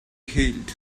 healed